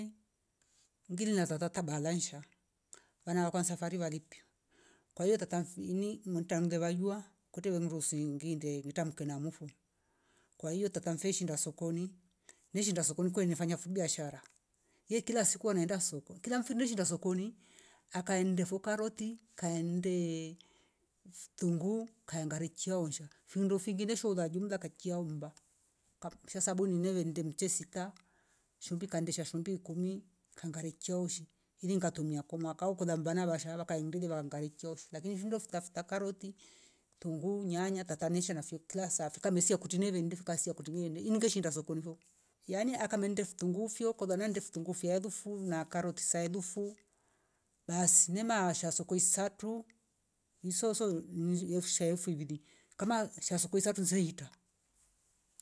Iingilila na tata balaisha wana wa kwanza vari walipio kwaio tata mfini nimtange vajua kute wemrusi ngiinde utamke na mafo, kwa hio tata mfe shinda sokoni ni shinda sokoni kwe nifanya fu biashara ye kila siku anaenda soko kila mfiri shinda sokoni akaendefo karoti, kaende ftungu, kaengare chiosha findo fingine shoolo la jumla kakia omba. Kakcha sabuni nyenye nde mchesita shumbi kandesha shumbi ikumi kangare kyioshi ili ngatumia kwa mwaka kula mndavana vashala kindule lwangaioshi lakini vindo futafuta karoti, kitungu, nyanya tatanishwa na fyotila safi kamisia kutenile lendifo kasia kutemili ndi ingeshinda sokoni vo yani akamende vitungu fyo kolande ndi vitungu vya alafu na karoti za elufu basi nemaasha soko isatu nsoso mhh yefsha ulili kama sha soko isatu zilita